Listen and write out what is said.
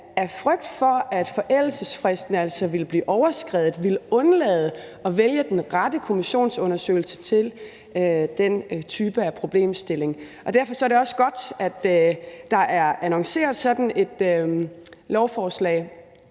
af frygt for, at forældelsesfristen altså ville blive overskredet, ville undlade at vælge den rette kommissionsundersøgelse til den type problemstilling. Derfor er det også godt, at der er annonceret sådan et lovforslag.